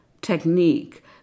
technique